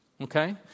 Okay